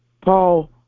Paul